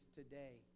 today